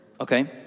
Okay